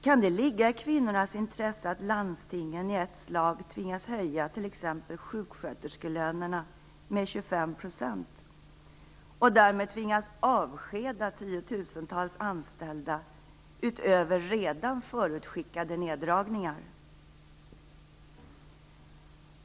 Kan det ligga i kvinnornas intresse att landstingen i ett slag tvingas höja t.ex. sjuksköterskelönerna med 25 % och därmed tvingas avskeda tiotusentals anställda utöver redan förutskickade neddragningar?